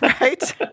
right